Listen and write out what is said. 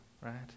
right